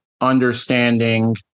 understanding